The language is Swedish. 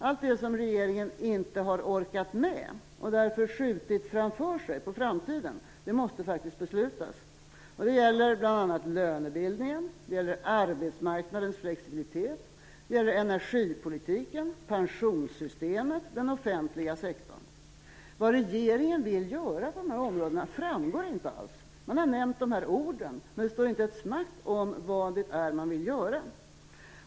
Allt det som regeringen inte har orkat med och därför skjutit på framtiden måste faktiskt beslutas. Det gäller bl.a. lönebildningen, arbetsmarknadens flexibilitet, energipolitiken, pensionssystemet och den offentliga sektorn. Vad regeringen vill göra på dessa områden framgår inte alls. Man har nämnt dessa ord, men det står inte ett smack om vad det är man vill göra.